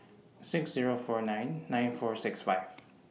six Zero four nine nine four six five